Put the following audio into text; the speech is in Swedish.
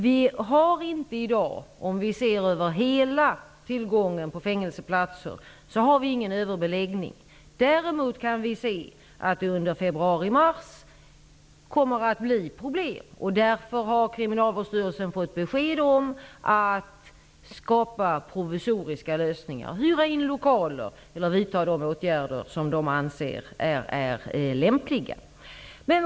Vi har inte någon överbeläggning om vi ser på hela tillgången av fängelseplatser. Däremot kan vi se att det under februari mars kommer att bli problem. Därför har kriminalvårdsstyrelsen fått besked om att skapa provisoriska lösningar; hyra lokaler eller vidta de åtgärder som de anser lämpliga.